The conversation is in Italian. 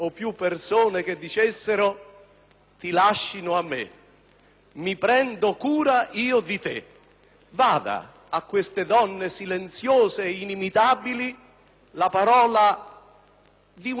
ti lascino a me, mi prendo cura io di te. Vada a queste donne silenziose, inimitabili, la parola di una parte, di uno solo,